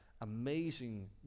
amazing